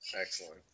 Excellent